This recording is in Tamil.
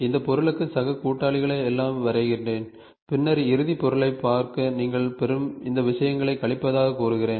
இந்தப் பொருளுக்கு சக கூட்டாளிகளை எல்லாம் வரைகிறேன் பின்னர் இறுதி பொருளைப் பார்க்க நீங்கள் பெறும் இந்த விஷயங்களைக் கழிப்பதாகக் கூறுகிறேன்